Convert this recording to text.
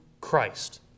Christ